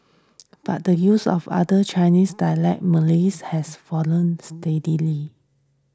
but the use of other Chinese dialects Malay's has fallen steadily